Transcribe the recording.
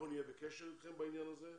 אנחנו נהיה בקשר איתכם בעניין הזה,